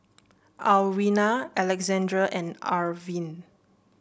Alwina Alexandria and Irven